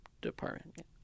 department